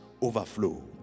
overflow